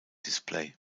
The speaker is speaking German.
display